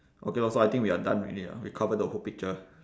okay lor so I think we are done already ah we covered the whole picture